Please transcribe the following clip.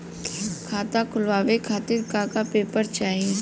खाता खोलवाव खातिर का का पेपर चाही?